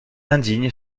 indigne